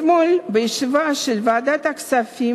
אתמול בישיבה של ועדת הכספים,